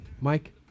mike